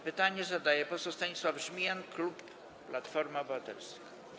Pytanie zadaje poseł Stanisław Żmijan, klub Platforma Obywatelska.